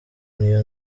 niyo